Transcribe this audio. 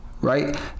right